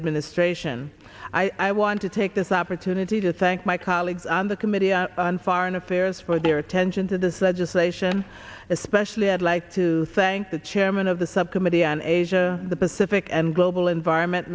administration i want to take this opportunity to thank my colleagues on the committee on foreign affairs for their attention to this legislation especially i'd like to thank the chairman of the subcommittee on asia the pacific and global environment